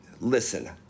Listen